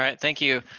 and thank you,